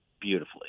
beautifully